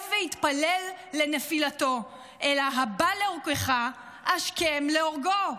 שב והתפלל לנפילתו, אלא, הבא להורגך, השכם להורגו.